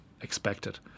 expected